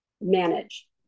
manage